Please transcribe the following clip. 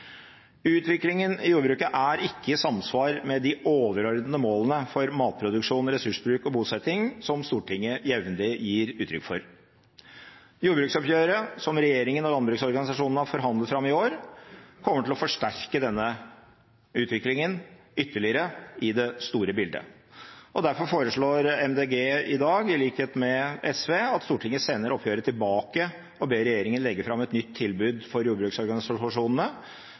Utviklingen i jordbruket er ikke i samsvar med de overordnede målene for matproduksjon, ressursbruk og bosetting som Stortinget jevnlig gir uttrykk for. Jordbruksoppgjøret som regjeringen og landbruksorganisasjonene har forhandlet fram i år, kommer til å forsterke denne utviklingen ytterligere i det store bildet. Derfor foreslår MDG i dag, i likhet med SV, at Stortinget sender oppgjøret tilbake og ber regjeringen legge fram et nytt tilbud for jordbruksorganisasjonene